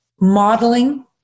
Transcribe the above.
modeling